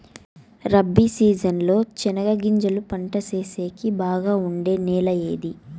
Rabi season లో చెనగగింజలు పంట సేసేకి బాగా ఉండే నెల ఏది?